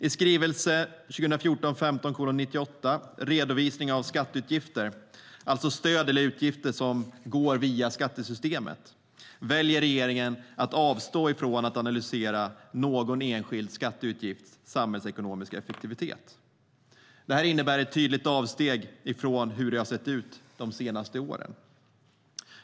I skrivelse 2014/15:98 Redovisning av skatteutgifter 2015 - alltså stöd eller utgifter som går via skattesystemet - väljer regeringen att avstå från att analysera någon enskild skatteutgifts samhällsekonomiska effektivitet. Det innebär ett tydligt avsteg från hur det har sett ut under de senaste åren.